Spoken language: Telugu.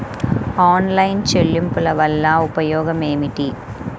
ఆన్లైన్ చెల్లింపుల వల్ల ఉపయోగమేమిటీ?